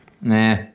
Nah